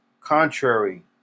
contrary